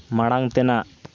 ᱢᱟᱲᱟᱝ ᱛᱮᱱᱟᱜ